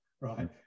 right